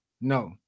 No